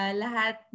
lahat